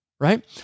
Right